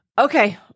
okay